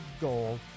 goal